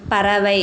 பறவை